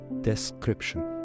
description